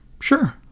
Sure